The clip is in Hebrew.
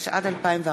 התשע"ד 2014,